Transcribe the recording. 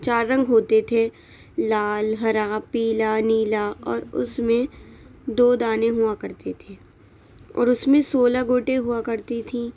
چار رنگ ہوتے تھے لال ہرا پیلا نیلا اور اس میں دو دانے ہوا کرتے تھے اور اس میں سولہ گوٹے ہوا کرتی تھیں